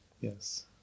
Yes